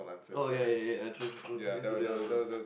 oh ya ya ya true true true used to do it also